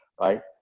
Right